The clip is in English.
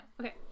okay